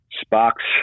sparks